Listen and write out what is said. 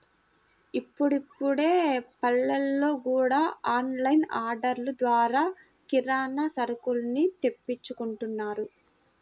ఇప్పుడిప్పుడే పల్లెల్లో గూడా ఆన్ లైన్ ఆర్డర్లు ద్వారా కిరానా సరుకుల్ని తెప్పించుకుంటున్నారు